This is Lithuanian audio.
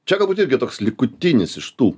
čia galbūt irgi toks likutinis iš tų